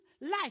life